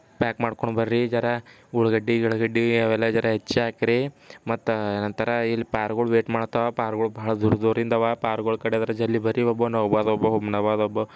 pack ಮಾಡ್ಕೊಂಡು ಬನ್ರಿ ಜರಾ ಉಳ್ಳಾಗಡ್ಡಿ ಗಿಳ್ಳಾಗಡ್ಡಿ ಅವೆಲ್ಲ ಜರಾ ಹೆಚ್ಚು ಹಾಕಿರಿ ಮತ್ತು ಏನಂತಾರೆ ಇಲ್ಲಿ ಪಾರ್ಗೋಳು ವೆಯ್ಟ್ ಮಾಡತ್ತಾವ ಪಾರ್ಗೋಳು ಭಾಳ ದೂರ ದೂರ್ದಿಂದವ ಪಾರ್ಗೋಳು ಕಡೆ ಜರ ಜಲ್ದಿ ಬನ್ರಿ ಒಬ್ಬ ನೌಬಾದ್ ಒಬ್ಬ ಹುಮ್ನಾಬಾದ್ ಒಬ್ಬ